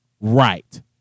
Right